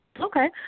Okay